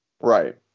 Right